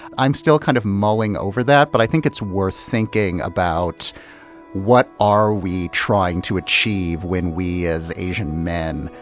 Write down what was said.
i'm still kind of mulling over that, but i think it's worth thinking about what are we trying to achieve when we as asian men,